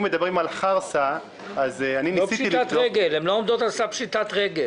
אם מדברים על חרסה --- הן לא עומדות על סף פשיטת רגל.